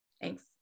Thanks